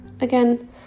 Again